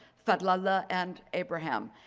felala and abraham.